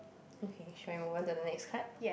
okay shall I move on to the next card